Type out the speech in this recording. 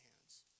hands